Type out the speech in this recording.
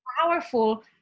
powerful